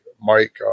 Mike